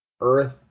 Earth